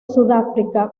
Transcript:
sudáfrica